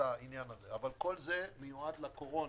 אבל כל זה מיועד לקורונה.